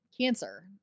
cancer